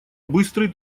быстрый